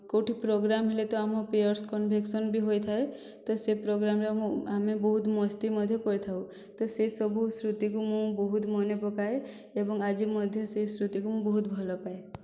କେଉଁଠି ପ୍ରୋଗ୍ରାମ ହେଲେ ତ ଆମ ପିଅର୍ସ କନ୍ଭେକ୍ସନ୍ ବି ହୋଇଥାଏ ତ ସେ ପ୍ରୋଗ୍ରାମରେ ଆମ ଆମେ ବହୁତ ମସ୍ତି ମଜା କରିଥାଉ ତ ସେଇ ସବୁ ସ୍ମୃତିକୁ ମୁଁ ବହୁତ ମନେ ପକାଏ ଏବଂ ଆଜି ମଧ୍ୟ ସେ ସ୍ମୃତିକୁ ମୁଁ ବହୁତ ଭଲ ପାଏ